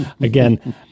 Again